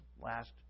last